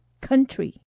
country